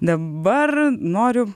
dabar noriu